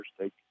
take